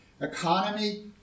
economy